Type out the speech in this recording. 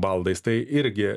baldais tai irgi